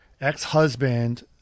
ex-husband